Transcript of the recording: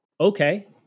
Okay